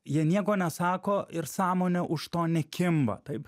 jie nieko nesako ir sąmonė už to nekimba taip